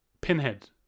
Pinhead